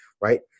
right